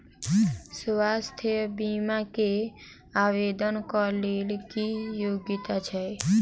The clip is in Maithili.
स्वास्थ्य बीमा केँ आवेदन कऽ लेल की योग्यता छै?